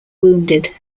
wounded